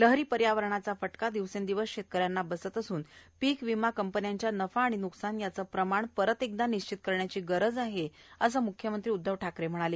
लहरी पर्यावरणाचा फटका दिवसेंदिवस शेतकऱ्यांना बसत असून पीक विमा कंपन्यांच्या नफा आणि न्कसान याचे प्रमाण परत एकदा निश्चित करण्याची गरज आहे असे मुख्यमंत्री उद्धव ठाकरे यांनी सांगितले